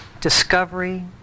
discovery